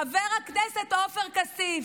חבר הכנסת עופר כסיף,